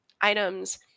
items